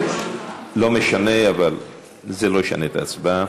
לא משנה, אבל זה לא ישנה את ההצבעה.